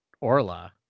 orla